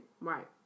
right